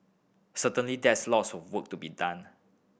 certainly there's lots of work to be done